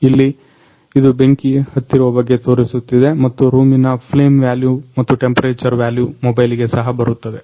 ಇಲ್ಲಿ ಇದು ಬೆಂಕಿ ಹತ್ತಿರುವ ಬಗ್ಗೆ ತೋರಿಸಿರುತ್ತದೆ ಮತ್ತು ರೂಮಿನ ಫ್ಲೇಮ್ ವಾಲ್ಯು ಮತ್ತು ಟೆಂಪರೇಚರ್ ವಾಲ್ಯು ಮತ್ತು ಮೊಬೈಲಿಗೆ ಸಹ ಮೆಸೇಜು ಬರುತ್ತದೆ